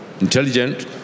intelligent